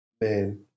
man